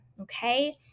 Okay